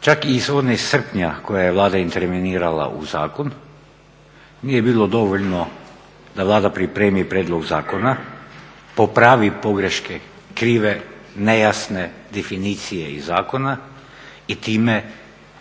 Čak i iz one iz srpnja kojom je Vlada intervenirala u zakon nije bilo dovoljno da Vlada pripremi prijedlog zakona, popravi pogreške krive, nejasne definicije iz zakona i time